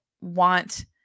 want